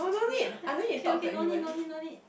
chi~ okay okay no need no need no need